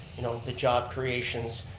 you know, the job creations,